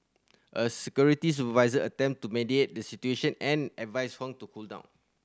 a security supervisor attempted to mediate the situation and advised Huang to cool down